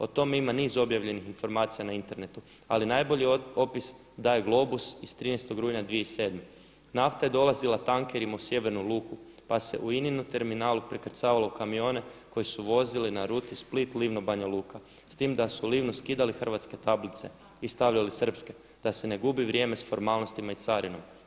O tome ima niz objavljenih inforamacija na internetu, ali najbolji opis daje Globus iz 13. rujna 2007. nafta je dolazila tankerima u sjevernu luku pa se u INA-om terminalu prekrcavalo u kamione koji su vozili na ruti Split-Livno-Banja Luka s tim da su u Livnu skidali hrvatske tablice i stavili srpske da se ne gubi vrijeme s formalnostima i carinom.